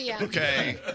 Okay